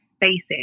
basic